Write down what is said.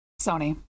Sony